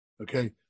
okay